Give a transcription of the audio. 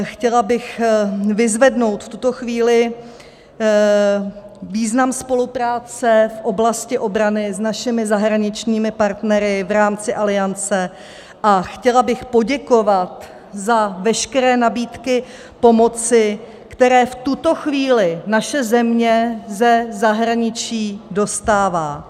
Chtěla bych vyzvednout v tuto chvíli význam spolupráce v oblasti obrany s našimi zahraničními partnery v rámci Aliance a chtěla bych poděkovat za veškeré nabídky pomoci, které v tuto chvíli naše země ze zahraničí dostává.